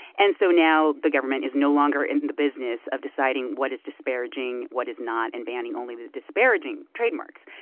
and so now the government is no longer in the business of deciding what is disparaging, what is not and banning only the disparaging trademarks.